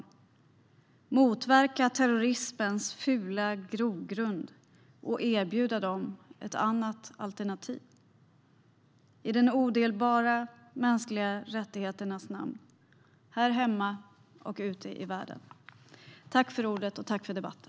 Vi behöver motverka terrorismens fula grogrund och erbjuda dem ett annat alternativ i de odelbara mänskliga rättigheternas namn här hemma och ute i världen. Tack för debatten!